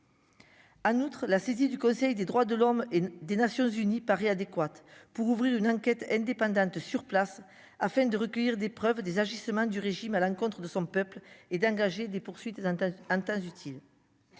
En outre, la saisie du Conseil des droits de l'homme et des Nations-Unies paraît adéquate pour ouvrir une enquête indépendante sur place afin de recueillir des preuves des agissements du régime à l'encontre de son peuple et d'engager des poursuites en temps utile.